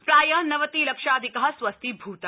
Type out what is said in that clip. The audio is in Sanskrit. प्राय नवति लक्षाधिका स्वस्थीभूता